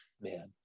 Man